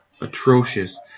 atrocious